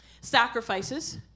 Sacrifices